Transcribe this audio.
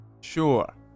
Sure